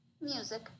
music